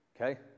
Okay